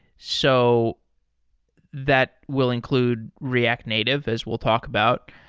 so that will include react native, as we'll talk about.